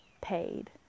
paid